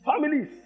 Families